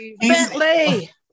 Bentley